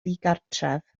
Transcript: ddigartref